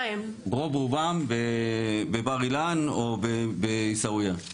רוב רובם בבר אילן או בעיסאוויה.